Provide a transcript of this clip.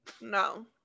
No